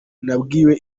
nabwiwe